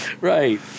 Right